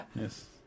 Yes